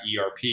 ERP